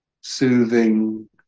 soothing